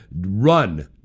run